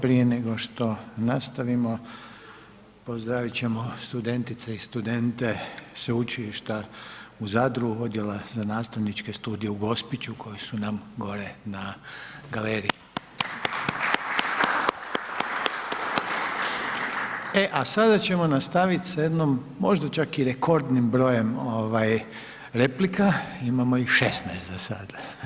Prije nego što nastavimo, pozdravit ćemo studentice i studente Sveučilišta u Zadru, Odjela za nastavničke studije u Gospiću koji su nam gore na galeriji. … E, a sada ćemo nastaviti sa jednom, možda čak i rekordnim brojem replika, imamo ih 16 za sad.